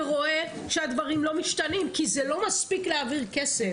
ורואה שהדברים לא משתנים כי זה לא מספיק להעביר כסף,